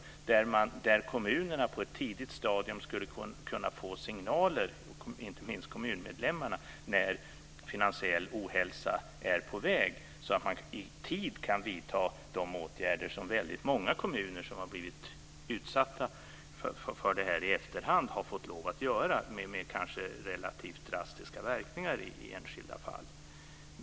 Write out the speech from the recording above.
Kommunerna, och inte minst kommunmedlemmarna, skulle på ett tidigt stadium kunna få signaler om att finansiell ohälsa var på väg, så att man i tid skulle kunna vidta de åtgärder som väldigt många kommuner som har blivit utsatta för detta i efterhand har fått lov att vidta. Det har varit relativt drastiska verkningar i enskilda fall.